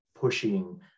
pushing